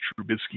Trubisky